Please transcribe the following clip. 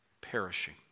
perishing